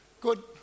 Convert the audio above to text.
Good